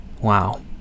Wow